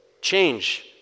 change